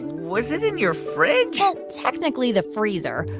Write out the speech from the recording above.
was it in your fridge? well, technically, the freezer.